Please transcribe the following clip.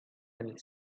and